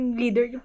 leader